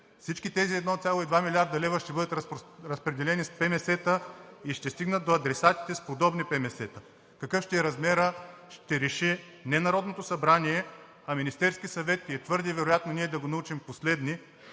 Всички тези 1,2 млрд. лв. ще бъдат разпределени с ПМС-та и ще стигнат до адресатите с подобни ПМС-та. Какъв ще е размерът ще реши не Народното събрание, а Министерският съвет и е твърде вероятно ние да го научим последни,